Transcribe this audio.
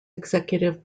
executive